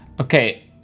Okay